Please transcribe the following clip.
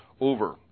over